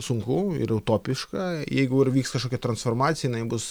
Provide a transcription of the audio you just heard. sunku ir utopiška jeigu ir vyks kažkokia transformacija jinai bus